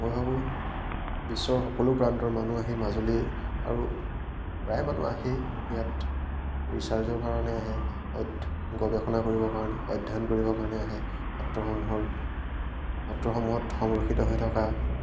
মই ভাবোঁ বিশ্বৰ সকলো প্ৰান্তৰ মানুহ আহি মাজুলী আৰু প্ৰায় মানুহ আহেই ইয়াত ৰিচাৰ্ছৰ কাৰণে আহে অধ্য় গৱেষণা কৰিবৰ কাৰণে অধ্যয়ন কৰিবৰ কাৰণে আহে সত্ৰসমূহৰ সত্ৰসমূহত সংৰক্ষিত হৈ থকা